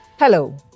Hello